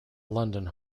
london